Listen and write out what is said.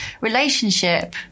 relationship